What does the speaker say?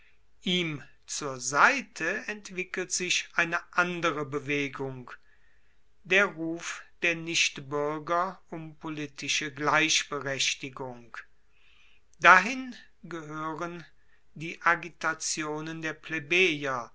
ihm zur seite entwickelt sich eine andere bewegung der ruf der nichtbuerger um politische gleichberechtigung dahin gehoeren die agitationen der